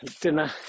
dinner